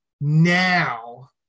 now